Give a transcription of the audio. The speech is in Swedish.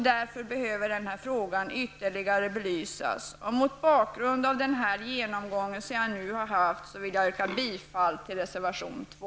Därför behöver frågan ytterligare belysas. Mot denna bakgrund vill jag yrka bifall till reservation 2.